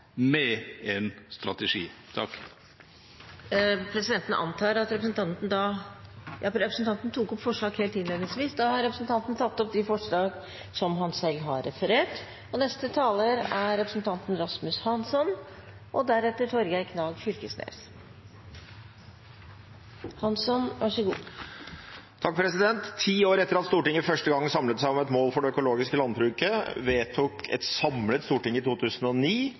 med en strategi. Representanten Pål Farstad har tatt opp det forslaget han refererte. Ti år etter at Stortinget første gang samlet seg om et mål for det økologiske landbruket, vedtok et samlet storting i 2009 et mål om 15 pst. økologisk forbruk og jordbruksareal innen 2020. Nå, sju år